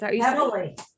heavily